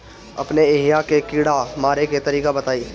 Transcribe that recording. अपने एहिहा के कीड़ा मारे के तरीका बताई?